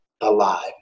alive